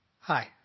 Hi